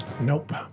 Nope